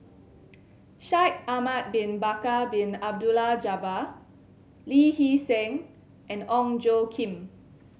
Shaikh Ahmad Bin Bakar Bin Abdullah Jabbar Lee Hee Seng and Ong Tjoe Kim